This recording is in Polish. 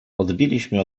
odbiliśmy